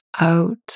out